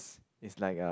it's like a